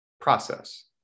process